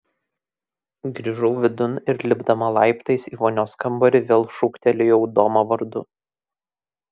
grįžau vidun ir lipdama laiptais į vonios kambarį vėl šūktelėjau domą vardu